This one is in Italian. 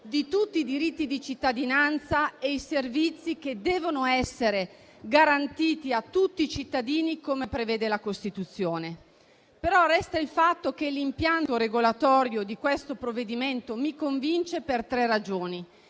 di tutti i diritti di cittadinanza e dei servizi che devono essere garantiti a tutti i cittadini, come prevede la Costituzione. Resta però il fatto che l'impianto regolatorio del provvedimento mi convince per tre ragioni: